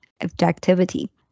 objectivity